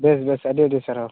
ᱵᱮᱥ ᱵᱮᱥ ᱟ ᱰᱤ ᱟ ᱰᱤ ᱥᱟᱨᱦᱟᱣ